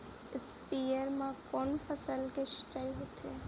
स्पीयर म कोन फसल के सिंचाई होथे?